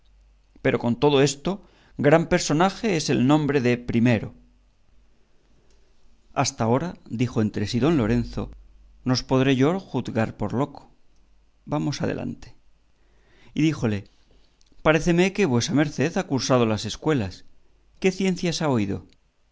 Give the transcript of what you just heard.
pero con todo esto gran personaje es el nombre de primero hasta ahora dijo entre sí don lorenzo no os podré yo juzgar por loco vamos adelante y díjole paréceme que vuesa merced ha cursado las escuelas qué ciencias ha oído